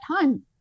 time